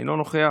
אינו נוכח,